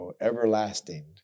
everlasting